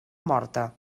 morta